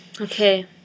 Okay